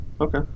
okay